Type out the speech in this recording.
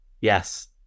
yes